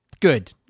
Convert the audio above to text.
Good